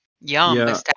yum